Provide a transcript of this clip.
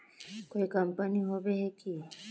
कोई कंपनी होबे है की?